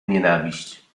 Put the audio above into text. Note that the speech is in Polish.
nienawiść